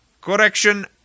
Correction